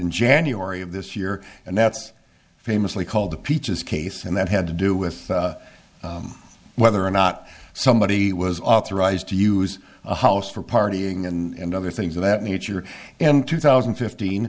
in january of this year and that's famously called the peaches case and that had to do with whether or not somebody was authorized to use a house for partying and other things of that nature in two thousand and fifteen